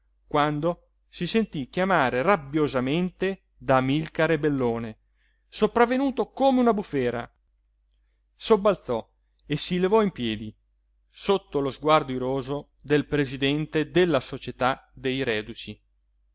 quando si sentí chiamare rabbiosamente da amilcare bellone sopravvenuto come una bufera sobbalzò e si levò in piedi sotto lo sguardo iroso del presidente della società dei reduci